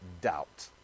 doubt